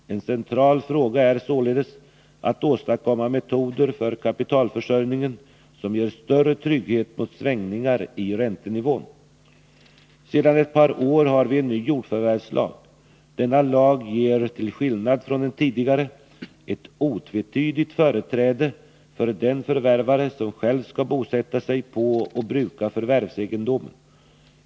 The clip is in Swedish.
En central fråga är således att åstadkomma metoder för kapitalförsörjningen som ger större trygghet mot svängningar i räntenivån. Sedan ett par år har vi en ny jordförvärvslag. Denna lag ger till skillnad från den tidigare ett otvetydigt företräde för den förvärvare som själv skall bosätta sig på och bruka förvärvsegendomen.